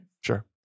sure